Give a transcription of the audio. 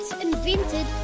invented